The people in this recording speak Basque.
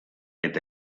eta